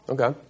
Okay